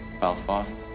Belfast